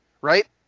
right